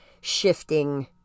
shifting